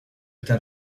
está